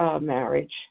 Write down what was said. marriage